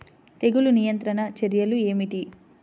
తెగులు నియంత్రణ చర్యలు ఏమిటి?